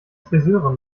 friseurin